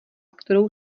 kterou